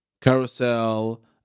carousel